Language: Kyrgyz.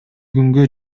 күнгө